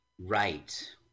Right